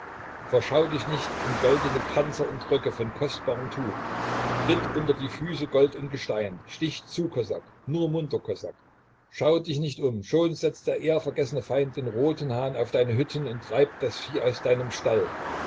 verschau dich nicht in goldene panzer und röcke von kostbarem tuch tritt unter die füße gold und gestein stich zu kosak nur munter kosak schau dich nicht um schon setzt der ehrvergessene feind den roten hahn auf deine hütten und treibt das vieh aus deinem stall